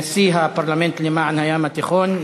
נשיא הפרלמנט למען מדינות הים התיכון,